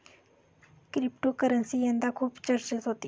cryptocurrency यंदा खूप चर्चेत होती